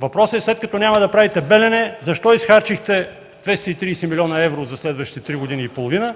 Въпросът е след като няма да правите „Белене”, защо изхарчихте 230 млн. евро за следващите 3 години и половина,